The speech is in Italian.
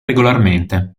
regolarmente